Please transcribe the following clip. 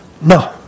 No